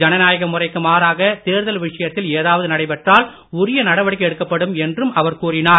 ஜனநயாக முறைக்கு மாறாக தேர்தல் விஷயத்தில் ஏதாவது நடைபெற்றால் உரிய நடவடிக்கை எடுக்கப்படும் என்று அவர் கூறினார்